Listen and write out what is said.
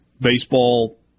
baseball